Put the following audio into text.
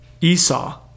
Esau